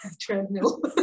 treadmill